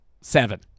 seven